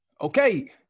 Okay